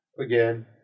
again